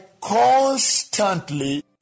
constantly